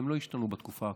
והם לא ישתנו בתקופה הקרובה,